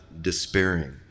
despairing